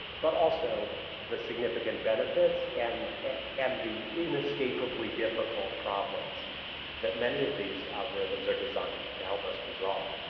but also the significant benefits and and the inescapably difficult problems that many of these algorithms are designed to help us resolve.